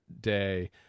day